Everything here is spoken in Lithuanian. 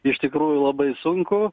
iš tikrųjų labai sunku